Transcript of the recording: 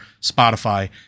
Spotify